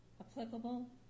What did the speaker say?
applicable